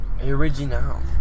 Original